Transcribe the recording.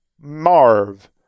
Marv